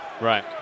Right